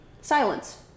silence